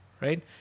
right